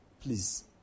please